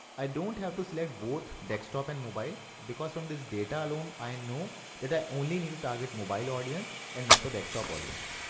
i don't have to select both desktop and mobile, because from this data alone i know that i only need to target the mobile audience and not the desktop audience.